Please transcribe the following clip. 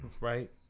right